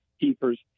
Keepers